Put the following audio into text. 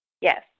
Yes